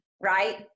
right